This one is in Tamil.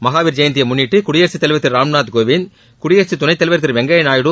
மகாவீர் ஜெயந்தியைமுன்னிட்டுகுடியரசுத்தலைவர் திருராம்நாத்கோவிந்த் குடியரசுத்துணைத்தலைவர் திருவெங்கப்யாநாயுடு